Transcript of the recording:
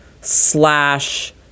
slash